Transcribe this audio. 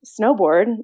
snowboard